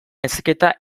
heziketa